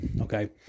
okay